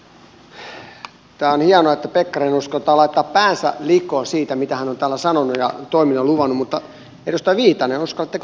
on hienoa että pekkarinen uskaltaa laittaa päänsä likoon siitä mitä hän on täällä sanonut ja toiminut ja luvannut mutta edustaja viitanen uskallatteko te laittaa